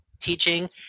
teaching